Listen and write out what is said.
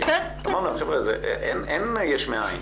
אמרנו אין יש מאין.